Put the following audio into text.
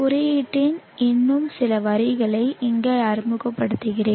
குறியீட்டின் இன்னும் சில வரிகளை இங்கே அறிமுகப்படுத்துகிறேன்